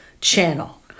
channel